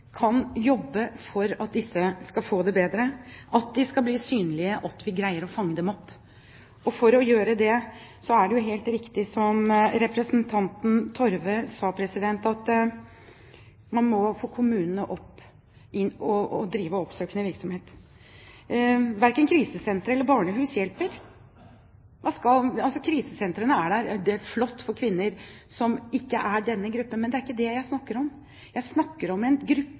greier å fange dem opp. For å kunne gjøre det er det helt riktig som representanten Torve sa, at man må få kommunene til å drive oppsøkende virksomhet. Verken krisesenter eller barnehus hjelper. Krisesentrene er flott for kvinner som ikke er i denne gruppen. Men det er ikke det jeg snakker om. Jeg snakker om en gruppe